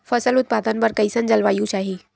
फसल उत्पादन बर कैसन जलवायु चाही?